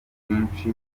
kwinshi